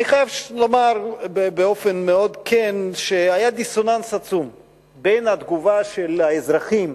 אני חייב לומר באופן מאוד כן שהיה דיסוננס עצום בין התגובה של האזרחים,